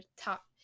top